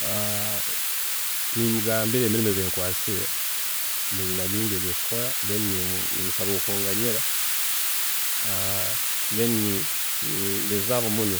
﻿Nimugambira ebintu ebinkwasire, mbiire nyina bingi ebyokukora, then nimusaba okunganyila, then nigezaaho muno